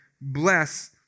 bless